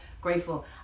grateful